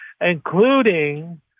including